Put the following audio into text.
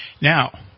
Now